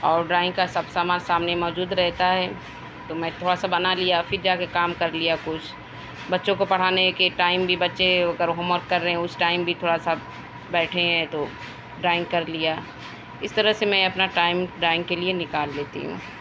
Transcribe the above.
اور ڈرائنگ کا سب سامان سامنے موجود رہتا ہے تو میں تھوڑا سا بنا لیا پھر جا کے کام کر لیا کچھ بچوں کو پڑھانے کے ٹائم بھی بچے اگر ہوم ورک کر رہے ہیں اُس ٹائم بھی تھوڑا سا بیٹھے ہیں تو ڈرائنگ کر لیا اِس طرح سے میں اپنا ٹائم ڈرائنگ کے لئے نکال لیتی ہوں